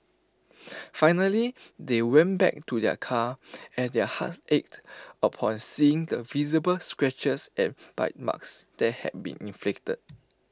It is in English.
finally they went back to their car and their hearts ached upon seeing the visible scratches and bite marks that had been inflicted